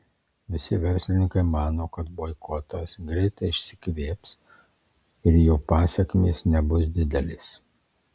visi verslininkai mano kad boikotas greitai išsikvėps ir jo pasekmės nebus didelės